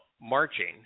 marching